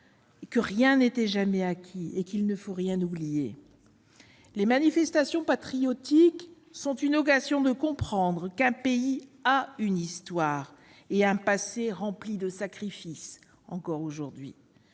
que rien n'est jamais acquis, qu'il ne faut rien oublier. Les manifestations patriotiques sont une occasion de comprendre qu'un pays a une histoire et un passé rempli de sacrifices- le présent,